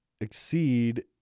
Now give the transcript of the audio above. exceed